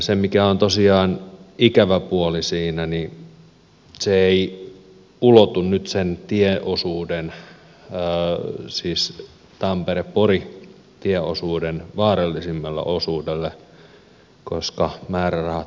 se mikä on tosiaan ikävä puoli siinä on se että se ei ulotu nyt sen tamperepori tieosuuden vaarallisimmalle osuudelle koska määrärahat loppuvat kesken